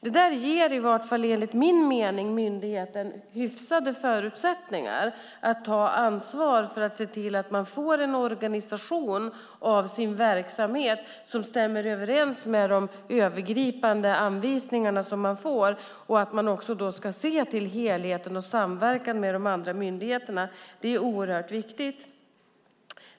Det ger, åtminstone enligt min mening, myndigheten hyfsade förutsättningar att ta ansvar för att få en organisering av sin verksamhet som stämmer överens med de övergripande anvisningarna och därmed också kunna se till helheten och samverkan med andra myndigheter. Det är oerhört viktigt.